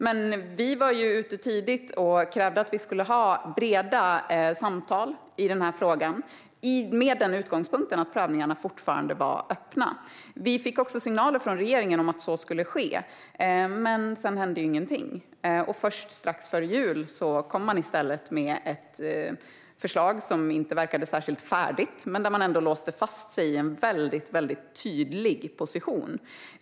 Vi var tidigt ute och krävde breda samtal i den här frågan med utgångspunkt i att prövningarna fortfarande var öppna. Vi fick också signaler från regeringen om att så skulle ske, men sedan hände ingenting. Först strax före jul kom man i stället med ett förslag som inte verkade särskilt färdigt men där man ändå låste fast sig i en tydlig position.